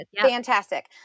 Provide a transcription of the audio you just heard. Fantastic